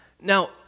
now